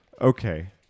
Okay